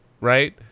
right